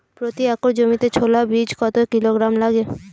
প্রতি একর জমিতে ছোলা বীজ কত কিলোগ্রাম লাগে?